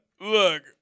look